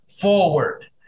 forward